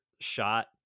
Shot